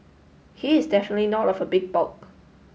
he is definitely not of a big bulk